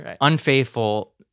unfaithful